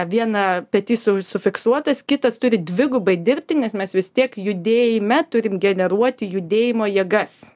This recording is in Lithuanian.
vieną petys su sufiksuotas kitas turi dvigubai dirbti nes mes vis tiek judėjime turim generuoti judėjimo jėgas